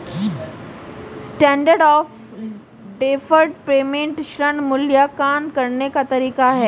standard of deferred payment ऋण मूल्यांकन करने का तरीका है